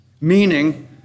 meaning